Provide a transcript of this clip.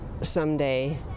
someday